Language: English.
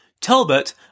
Talbot